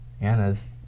Anna's